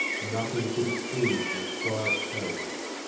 nothing could exceed their quiet courage.